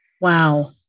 Wow